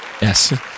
yes